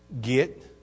Get